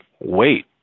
wait